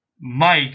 Mike